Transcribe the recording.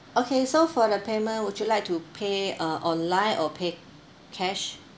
okay so for the payment would you like to pay uh online or pay cash